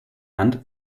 hand